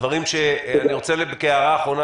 הדברים שאני רוצה כהערה אחרונה,